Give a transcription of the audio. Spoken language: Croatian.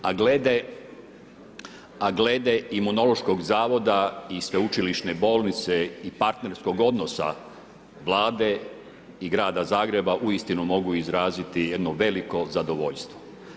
A glede Imunološkog zavoda i sveučilišne bolnice i partnerskog odnosta Vlade i grada Zagreba uistinu mogu izraziti jedno veliko zadovoljstvo.